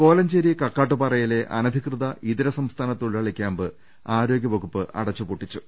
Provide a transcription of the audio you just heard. കോലഞ്ചേരി കക്കാട്ടുപാറയിലെ അനധികൃത ഇതര സംസ്ഥാന തൊഴിലാളി ക്യാമ്പ് ആരോഗ്യവകുപ്പ് അടച്ചു പൂട്ടി ച്ചു